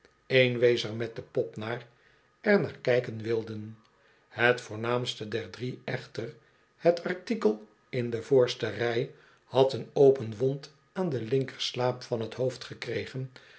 met de pop naar er naar kijken wilden het voornaamste der drie echter het artikel in de voorste rij had een open wond aan den linkerslaap van t hoofd gekregen